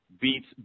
beats